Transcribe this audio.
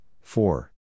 four